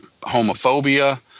homophobia